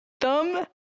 thumb